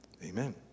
Amen